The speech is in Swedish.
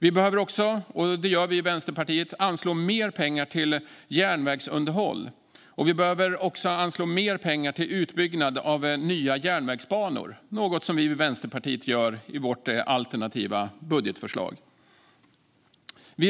I sitt alternativa budgetförslag anslår Vänsterpartiet också mer pengar till järnvägsunderhåll och utbyggnad av nya järnvägsbanor.